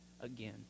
again